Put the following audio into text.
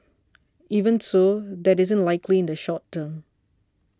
even so that isn't likely in the short term